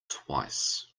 twice